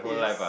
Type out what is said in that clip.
yes